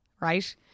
Right